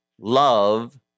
love